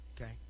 okay